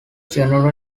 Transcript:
general